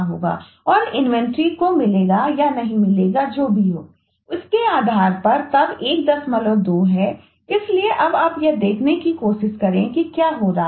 उसके आधार पर तब 12 है इसलिए अब आप यह देखने की कोशिश करें कि क्या हो रहा है